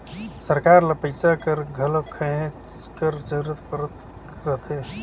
सरकार ल पइसा कर घलो कहेच कर जरूरत परत रहथे